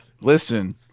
listen